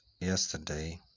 yesterday